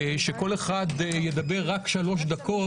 שכל אחד ידבר רק 3 דקות,